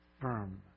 firm